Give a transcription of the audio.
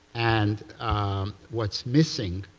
and what's missing,